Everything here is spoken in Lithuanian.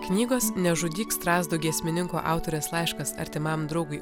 knygos nežudyk strazdo giesmininko autorės laiškas artimam draugui